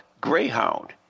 greyhound